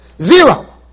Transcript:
zero